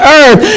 earth